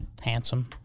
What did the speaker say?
Handsome